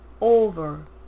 over